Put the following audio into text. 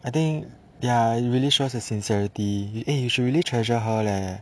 I think ya it really shows the sincerity eh you should really treasure her leh